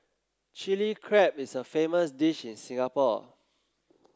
Chilli Crab is a famous dish in Singapore